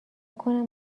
کنم